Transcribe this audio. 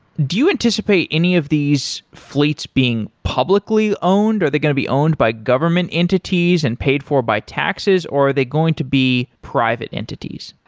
do you anticipate any of these fleets being publicly owned? are they going to be owned by government entities and paid for by taxes, or are they going to be private entities?